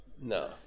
no